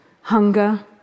hunger